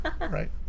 right